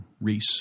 Reese